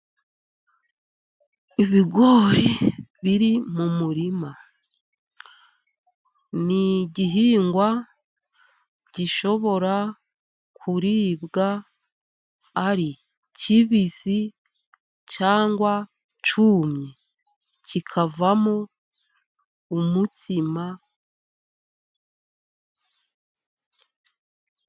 Ibigori biri mu murima ni igihingwa gishobora kuribwa ari kibisi, cyangwa cyumye, kikavamo umutsima.